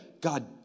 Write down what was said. God